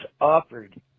offered